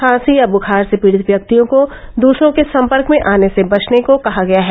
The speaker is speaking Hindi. खासी या बुखार से पीड़ित व्यक्तियों को दूसरों के सम्पर्क में आने से बचने को कहा गया है